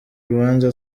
rubanza